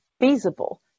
feasible